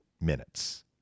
minutes